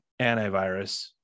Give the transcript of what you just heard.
antivirus